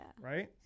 Right